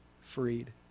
freed